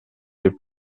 les